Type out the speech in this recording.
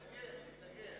מתנגד.